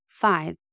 five